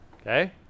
Okay